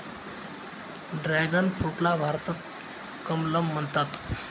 dragon फ्रूटला भारतात कमलम म्हणतात